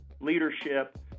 leadership